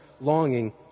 longing